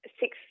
six